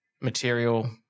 material